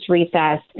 recess